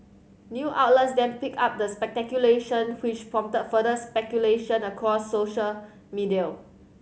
new outlets then picked up the speculation which prompted further speculation across social media